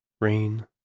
rain